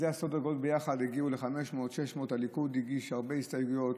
ביחד הגיעו ל-500 600. הליכוד הגיש הרבה הסתייגויות